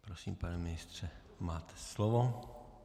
Prosím, pane ministře, máte slovo.